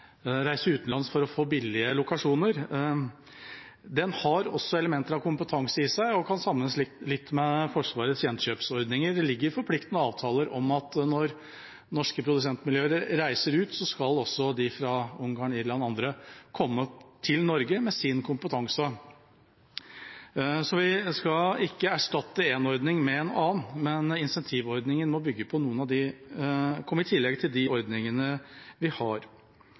reise utenlands for å få billige lokasjoner, har elementer av kompetanse i seg og kan sammenlignes litt med Forsvarets gjenkjøpsordninger. Det ligger forpliktende avtaler om at når norske produsentmiljøer reiser ut, skal også de fra Ungarn, Irland og andre land komme til Norge med sin kompetanse. Så vi skal ikke erstatte én ordning med en annen, men incentivordningen må komme i tillegg til de ordningene vi har.